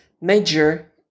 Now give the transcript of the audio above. major